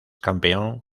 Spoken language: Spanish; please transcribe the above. campeón